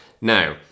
Now